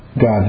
God